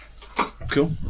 cool